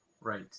right